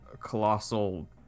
colossal